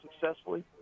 successfully